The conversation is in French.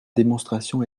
démonstration